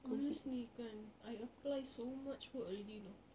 honestly kan I apply so much work already you know